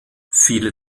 viele